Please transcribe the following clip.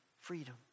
freedom